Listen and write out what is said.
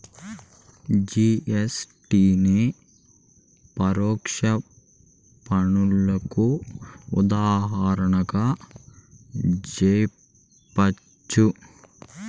GST నే పరోక్ష పన్నుకు ఉదాహరణగా జెప్పచ్చు